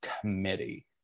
committee